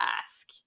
ask